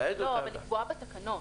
וגם לקבוע בתקנות.